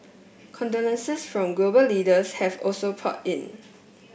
condolences from global leaders have also poured in